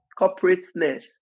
corporateness